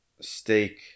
steak